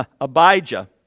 Abijah